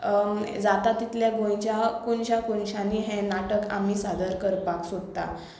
जाता तितलें गोंयच्या कोनशा कोनशांनी हें नाटक आमी सादर करपाक सोदता